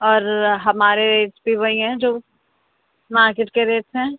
اور ہمارے ریٹس بھی وہیں ہیں جو مارکیٹ کے ریٹس ہیں